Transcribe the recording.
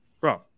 bro